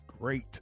great